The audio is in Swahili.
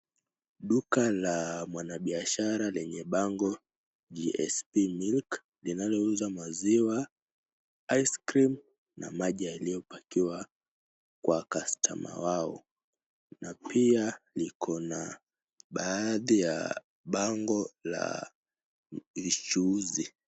Duka la mwana biashara lenye bango, (cs) GSB milk(cs) linalo uzwa maziwa, (cs) ice cream(cs) na maji yalio pakiwa kwa kastama wao. na Pia liko na baadhi ya bango la michuuzi.